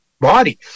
body